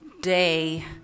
day